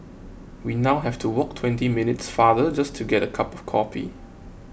we now have to walk twenty minutes farther just to get a cup of coffee